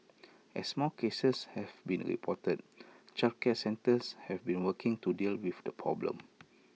as more cases have been reported childcare centres have been working to deal with the problem